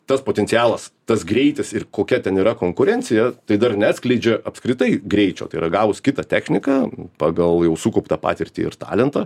tas potencialas tas greitis ir kokia ten yra konkurencija tai dar neatskleidžia apskritai greičio tai yra gavus kitą techniką pagal jau sukauptą patirtį ir talentą